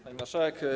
Pani Marszałek!